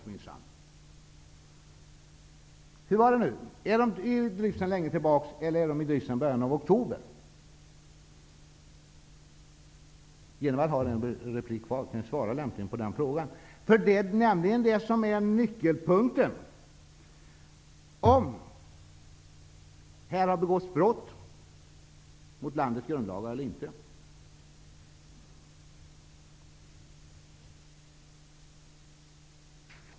Hur var det nu: Är de i drift sedan länge tillbaka eller sedan början av oktober? Jenevall har nu en replik kvar och kan lämligen svara på den frågan. Nyckelpunkten här är nämligen om det har begåtts brott mot landets grundlagar eller inte.